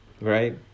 right